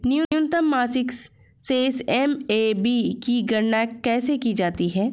न्यूनतम मासिक शेष एम.ए.बी की गणना कैसे की जाती है?